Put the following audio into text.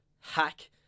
hack